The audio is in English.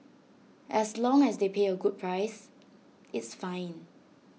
as long as they pay A good price it's fine